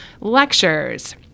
lectures